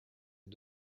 est